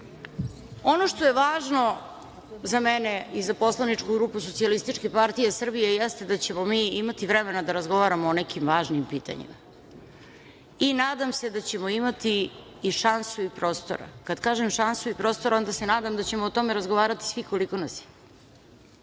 što je važno za mene i za poslaničku grupu SPS jeste da ćemo mi imati vremena da razgovaramo o nekim važnim pitanjima i nadam se da ćemo imati i šansu i prostora. Kad kažem šansu i prostora onda se nadam da ćemo o tome razgovarati svi koliko nas